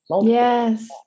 yes